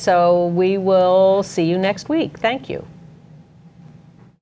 so we will see you next week thank you